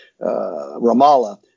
Ramallah